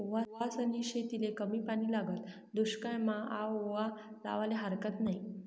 ओवासनी शेतीले कमी पानी लागस, दुश्कायमा आओवा लावाले हारकत नयी